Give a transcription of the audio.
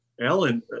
Alan